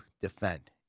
defend